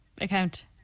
account